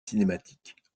cinématiques